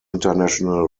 international